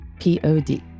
P-O-D